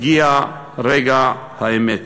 הגיע רגע האמת.